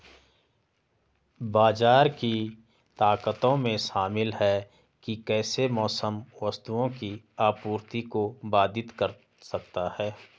बाजार की ताकतों में शामिल हैं कि कैसे मौसम वस्तुओं की आपूर्ति को बाधित कर सकता है